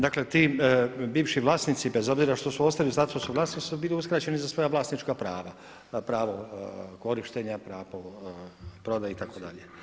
Dakle, ti bivši vlasnici bez obzira što su ostali u statusu vlasništva su bili uskraćeni za svoja vlasnička prava, pravo korištenja, pravo prodaje itd.